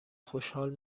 خوشحال